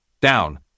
Down